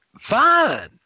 fine